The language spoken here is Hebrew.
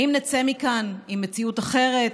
האם נצא מכאן עם מציאות אחרת?